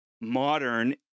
modern